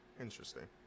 Interesting